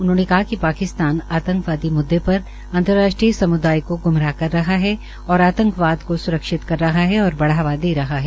उन्होंने कहा कि पाकिस्तान आतंकवादी मुददे पर अंतर्राष्ट्रीय सम्दाय को ग्मराह कर रहा है और आतंकवाद को स्रक्षित कर रहा है और बढ़ावा दे रहा है